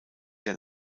der